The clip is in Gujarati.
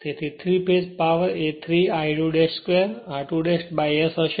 તેથી 3 ફેજ પાવર એ 3 I2 2 r2 S હશે